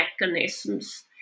mechanisms